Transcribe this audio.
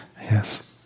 Yes